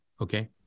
Okay